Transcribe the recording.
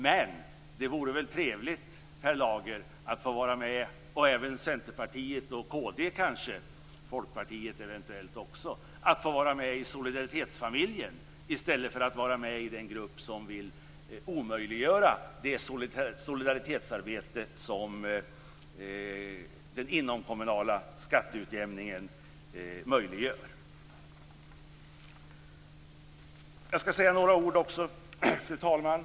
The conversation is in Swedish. Men det vore väl trevligt att få vara med i solidaritetsfamiljen, Per Lager, i stället för att vara med i den grupp som vill omöjliggöra det solidaritetsarbete som den inomkommunala skatteutjämningen innebär. Det gäller även Centerpartiet, Kristdemokraterna och eventuellt också Folkpartiet. Fru talman!